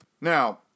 now